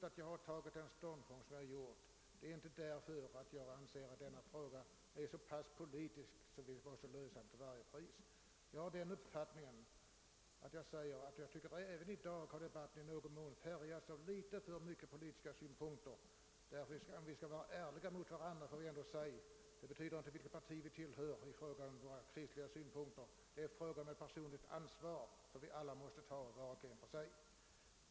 Att jag har intagit den ståndpunkt som redovisas i reservationen 2 beror inte på att jag anser att denna fråga är så politisk att vi måste lösa den till varje pris. Jag har den uppfattningen att debatten även i dag färgats av för många politiska synpunkter. Om vi skall vara ärliga mot varandra får vi ändå säga att vilket parti vi tillhör inte har någon betydelse när det gäller våra kristliga synpunkter. Här är det fråga om det personliga ansvar som var och en av oss måste ta.